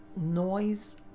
noise